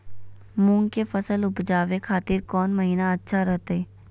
मूंग के फसल उवजावे खातिर कौन महीना अच्छा रहतय?